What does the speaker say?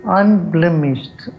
unblemished